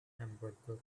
hamburger